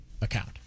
account